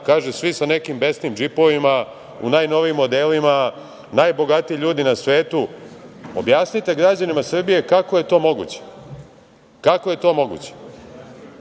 dana, svi sa nekim besnim džipovima, u najnovijim odelima, najbogatiji ljudi na svetu. Objasnite građanima Srbije kako je to moguće? To je jedna